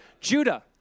Judah